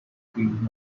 speed